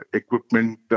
equipment